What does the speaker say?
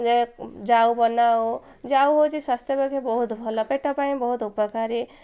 ଯେ ଜାଉ ବନାଉ ଯାଉ ହେଉଛି ସ୍ୱାସ୍ଥ୍ୟ ପକ୍ଷେ ବହୁତ ଭଲ ପେଟ ପାଇଁ ବହୁତ ଉପକାରୀ